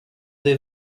des